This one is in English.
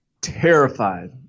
terrified